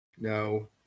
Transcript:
No